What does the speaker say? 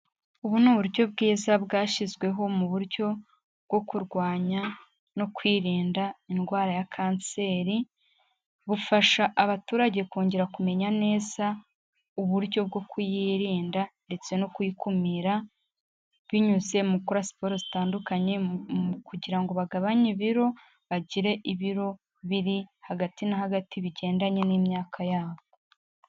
Ubu ni uburyo bwiza bwashyizweho mu buryo bwo kurwanya no kwirinda indwara ya kanseri, bufasha abaturage kongera kumenya neza uburyo bwo kuyirinda ndetse no kuyikumira, binyuze mu gukora siporo zitandukanye kugira ngo bagabanye ibiro, bagire ibiro biri hagati na hagati bigendanye n'imyaka yabo.